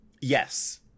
Yes